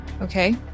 Okay